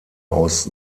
aus